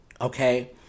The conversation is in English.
okay